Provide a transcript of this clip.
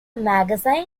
magazine